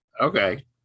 Okay